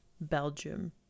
Belgium